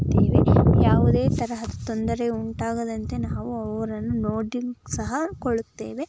ಕೊಡುತ್ತೇವೆ ಯಾವುದೇ ತರಹದ ತೊಂದರೆ ಉಂಟಾಗದಂತೆ ನಾವು ಅವರನ್ನು ನೋಡಿ ಸಹ ಕೊಳ್ಳುತ್ತೇವೆ